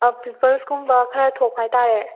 ꯑꯥ pimples ꯀꯨꯝꯕ ꯈꯔ ꯊꯣꯛꯄ ꯍꯥꯏꯇꯔꯦ